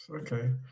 Okay